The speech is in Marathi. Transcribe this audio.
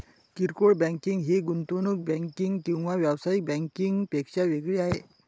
किरकोळ बँकिंग ही गुंतवणूक बँकिंग किंवा व्यावसायिक बँकिंग पेक्षा वेगळी आहे